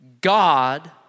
God